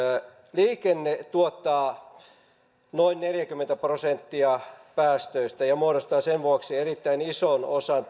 liikenne tuottaa noin neljäkymmentä prosenttia päästöistä ja muodostaa sen vuoksi erittäin ison osan